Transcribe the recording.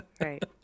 right